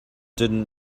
didn’t